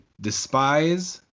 despise